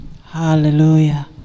Hallelujah